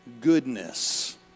goodness